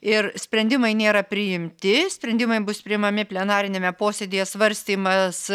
ir sprendimai nėra priimti sprendimai bus priimami plenariniame posėdyje svarstymas